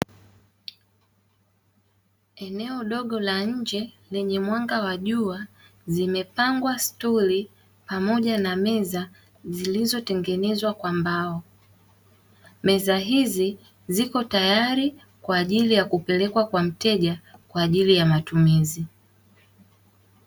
Eneo dogo la nje lenye mwanga wa jua, zimepangwa sturi pamoja na meza zilizotengenezwa kwa mbao. Meza hizi ziko tayari kwa ajili ya kupelekwa kwa mteja kwa ajili ya matumizi.